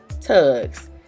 Tugs